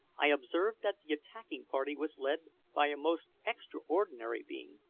i observed that the attacking party was led by a most extraordinary being,